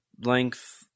length